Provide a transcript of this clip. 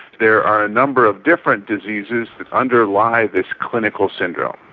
there are a number of different diseases that underlie this clinical syndrome,